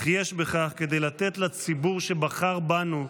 אך יש בכך כדי לתת לציבור שבחר בנו,